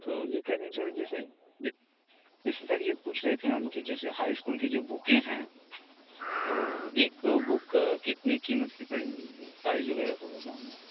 तो यह कह रहे हैं सर जैसे ज जैसे सर यह पूछ रहे थे हम कि जैसे हाई स्कूल की जो बुके हैं वह एक बुक कितने कीमत की पड़ेगी प्राइज़ वगैरह होगा